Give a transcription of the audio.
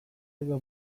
edo